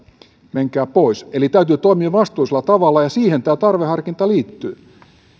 menkää pois eli täytyy toimia vastuullisella tavalla ja siihen tämä tarveharkinta liittyy